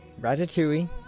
Ratatouille